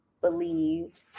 believe